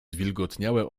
zwilgotniałe